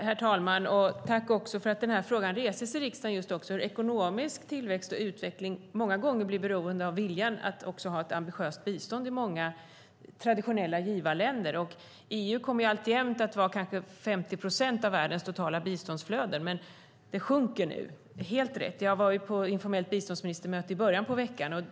Herr talman! Tack för att frågan reses i riksdagen. Ekonomisk tillväxt och utveckling blir många gånger beroende av viljan att ha ett ambitiöst bistånd i många traditionella givarländer. EU kommer alltjämt att stå för kanske 50 procent av världens totala biståndsflöde, men det sjunker nu. Det är helt rätt. Jag har varit på informellt biståndsministermöte i början på veckan.